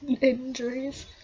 injuries